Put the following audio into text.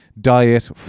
diet